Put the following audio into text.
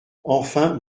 enfin